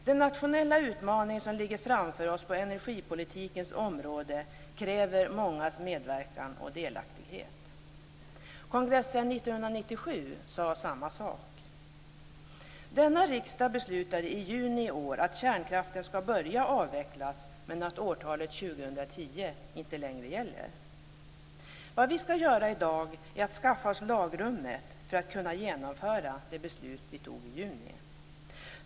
Den nationella utmaning som ligger framför oss på energipolitikens område kräver mångas medverkan och delaktighet." Kongressen 1997 sade samma sak. Denna riksdag beslutade i juni i år att kärnkraften skall börja avvecklas men att årtalet 2010 inte längre gäller. Vad vi skall göra i dag är att skaffa oss lagrummet för att kunna genomföra det beslut vi fattade i juni.